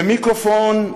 זה מיקרופון,